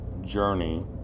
journey